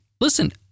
Listen